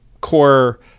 core